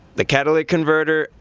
the catalytic converter,